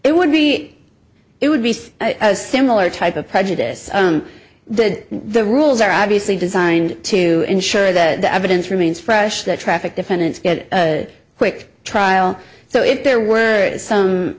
it would be it would be a similar type of prejudice did the rules are obviously designed to ensure that the evidence remains fresh that traffic defendants get a quick trial so if there were some